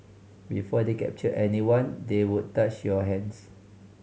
before they captured anyone they would touch your hands